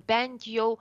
bent jau